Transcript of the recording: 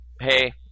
Hey